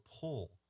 pull